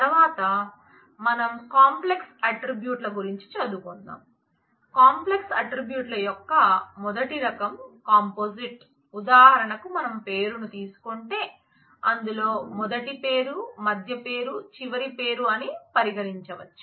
తర్వాతమనం complex అట్ట్రిబ్యూట్లు ఉదాహరణకు మనం పేరును తీసుకుంటే అందులో మొదటి పేరు మధ్య పేరు చివర పేరు అని పరిగణించవచ్చు